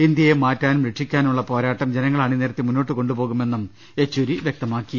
ഇന്ത്യയെ മാറ്റാനും രക്ഷി ക്കാനുമുള്ള പോരാട്ടം ജനങ്ങളെ അണിനിരത്തി മുന്നോട്ടു കൊണ്ടുപോകുമെന്നും യെച്ചൂരി പറഞ്ഞു